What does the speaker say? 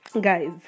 guys